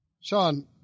Sean